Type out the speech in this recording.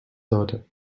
daughter